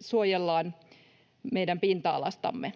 suojellaan meidän pinta-alastamme.